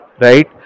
right